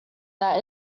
that